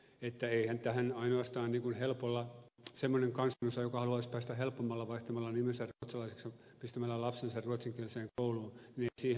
että semmoinen kansanosa joka haluaisi päästä helpommalla vaihtamalla nimensä ruotsalaiseksi ja pistämällä lapsensa ruotsinkieliseen kouluun